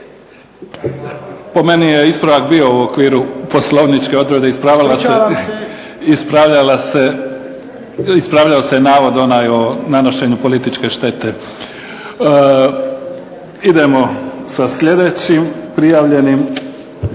Po meni je ispravak bio u okviru poslovničke odredbe. Ispravljao se navod onaj o nanošenju političke štete. Idemo sa sljedećim prijavljenim.